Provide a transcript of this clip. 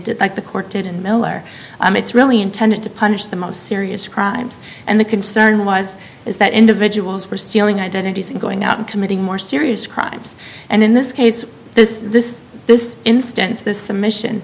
did like the court did in miller it's really intended to punish the most serious crimes and the concern was is that individuals were stealing identities and going out and committing more serious crimes and in this case this this this instance this